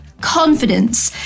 Confidence